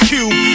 Cube